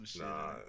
Nah